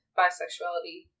bisexuality